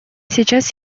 сейчас